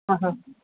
आहा